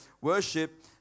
worship